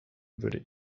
würde